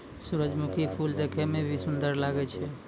सुरजमुखी फूल देखै मे भी सुन्दर लागै छै